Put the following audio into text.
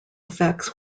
effects